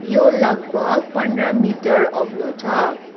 यो लगभग पन्ध्र मिटर अग्लो छ